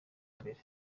mbere